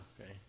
okay